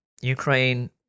Ukraine